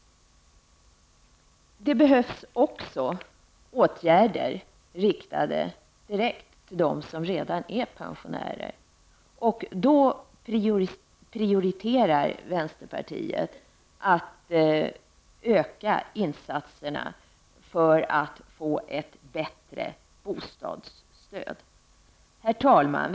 Det behövs också åtgärder riktade direkt till dem som redan är pensionärer. Vänsterpartiet prioriterar då att man ökar insatserna för ett bättre bostadsstöd. Herr talman!